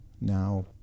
Now